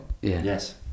Yes